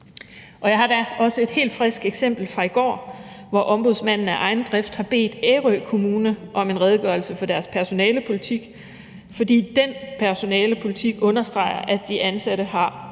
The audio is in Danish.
Jeg har da også et helt frisk eksempel fra i går, hvor Ombudsmanden af egen drift har bedt Ærø Kommune om en redegørelse for deres personalepolitik, fordi den personalepolitik understreger, at de ansatte har begrænset